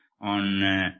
on